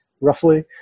roughly